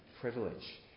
privilege